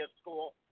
school